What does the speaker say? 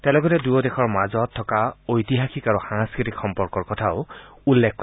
তেওঁ লগতে দুয়ো দেশৰ মাজত থকা ঐতিহাসিক আৰু সাংস্কৃতিক সম্পৰ্কৰ কথাও উল্লেখ কৰে